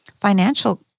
Financial